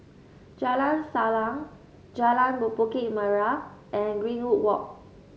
Jalan Salang Jalan Bukit Merah and Greenwood Walk